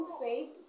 faith